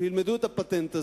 שילמדו את הפטנט הזה,